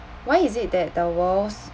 why is it that the world's